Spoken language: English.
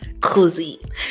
cozy